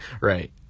Right